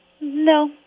No